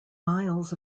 miles